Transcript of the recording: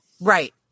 Right